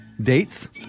Dates